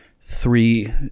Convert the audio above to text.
three